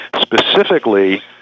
specifically